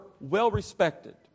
well-respected